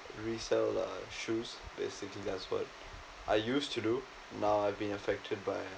resell uh shoes basically that's what I used to do now I've been affected by